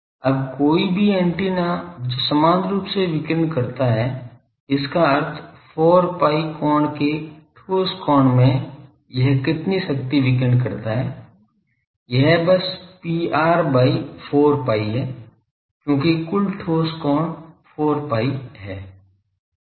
अब कोई भी एंटीना जो समान रूप से विकिरण करता है इसका अर्थ 4 pi कोण के ठोस कोण में यह कितनी शक्ति विकीर्ण करता है यह बस Pr by 4 pi है क्योंकि कुल ठोस कोण 4 pi है